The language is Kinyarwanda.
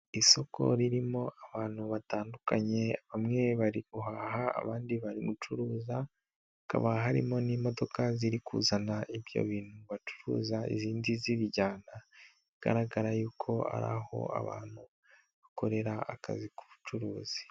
Isoko ririmo abantu batandukanye bamwe bari guhaha abandi bari gucuruza, hakaba harimo n'imodoka ziri kuzana ibyo bintu bacuruza izindi zibijyana, bigaragara yuko ari aho abantu bakorera akazi k'ubucuruzi.